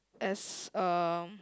as um